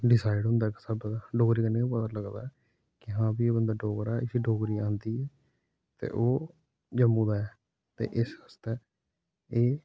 decide हुंदा सब एहदा डोगरी कन्नै गै पता लगदा ऐ कि हां भाई एह् बंदा डोगरा ऐ इसी डोगरी आंदी ऐ ते ओह् जम्मू दा ऐ ते इस आस्तै एह्